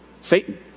Satan